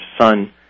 son